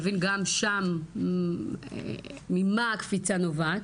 נבין גם שם ממה הקפיצה נובעת,